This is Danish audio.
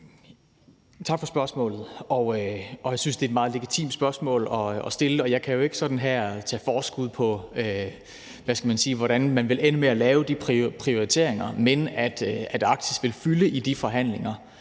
Tak for spørgsmålet. Jeg synes, det er et meget legitimt spørgsmål at stille. Jeg kan jo ikke her sådan tage forskud på – hvad skal man sige – hvordan man vil ende med at lave de prioriteringer. Men at Arktis vil fylde i de forhandlinger